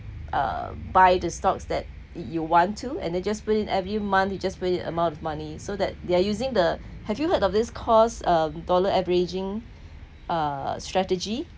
uh buy the stocks that you want to and then just put in every month you just put in the amount of money so that they're using the have you heard of this course um dollar averaging uh strategy